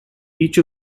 each